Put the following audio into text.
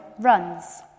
runs